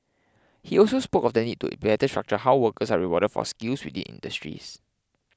he also spoke of the need to better structure how workers are rewarded for skills within industries